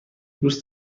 دوست